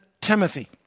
Timothy